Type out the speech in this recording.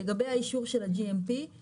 לגבי האישור של ה-GMP,